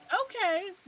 Okay